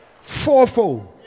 Fourfold